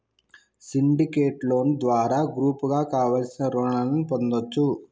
syndicate loan ద్వారా గ్రూపుగా కావలసిన రుణాలను పొందొచ్చు